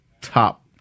top